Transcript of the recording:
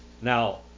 Now